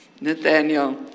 Nathaniel